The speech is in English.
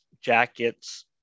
jackets